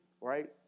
right